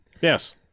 Yes